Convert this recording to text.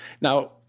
Now